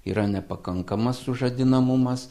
yra nepakankamas sužadinamumas